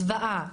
זוועה,